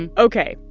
and ok,